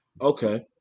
Okay